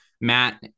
Matt